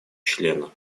членов